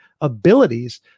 abilities